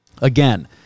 Again